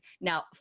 Now